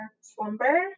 slumber